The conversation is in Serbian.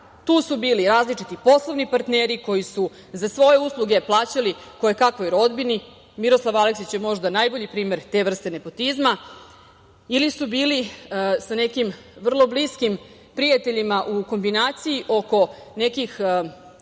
Tu su bili različiti poslovni partneri koji su za svoje usluge plaćali kojekakvoj rodbini, Miroslav Aleksić je možda najbolji primer te vrste nepotizma, ili su bili sa nekim vrlo bliskim prijateljima u kombinaciji oko nekih